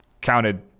counted